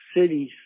cities